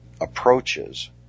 approaches